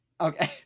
okay